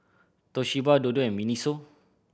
Toshiba Dodo and MINISO